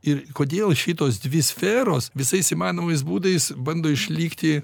ir kodėl šitos dvi sferos visais įmanomais būdais bando išlikti